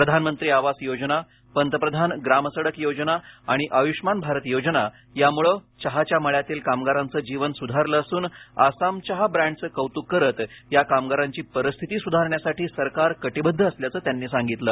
प्रधानमंत्री आवास योजना पंतप्रधान ग्राम सडक योजना आणि आयुष्मान भारत योजना यामुळे चहाच्या मळ्यातील कामगारांचे जीवन सुधारले असून आसाम चहा ब्रँडचे कौतुक करत या कामगारांची परिस्थिती सुधारण्यासाठी सरकार कटिबद्ध असल्याचं त्यांनी सांगितलं